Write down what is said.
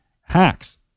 hacks